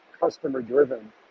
customer-driven